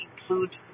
include